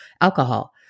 alcohol